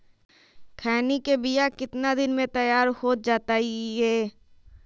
खैनी के बिया कितना दिन मे तैयार हो जताइए?